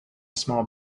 small